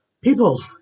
people